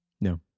No